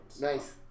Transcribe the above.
Nice